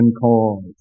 cause